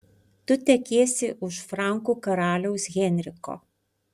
tu tekėsi už frankų karaliaus henriko